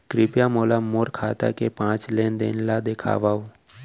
कृपया मोला मोर खाता के पाँच लेन देन ला देखवाव